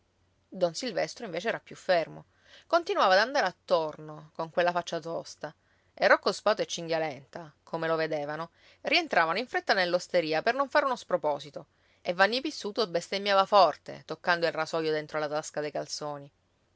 don silvestro invece era più fermo continuava ad andare attorno con quella faccia tosta e rocco spatu e cinghialenta come lo vedevano rientravano in fretta nell'osteria per non fare uno sproposito e vanni pizzuto bestemmiava forte toccando il rasoio dentro la tasca dei calzoni